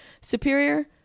Superior